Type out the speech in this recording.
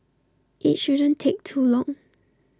IT shouldn't take too long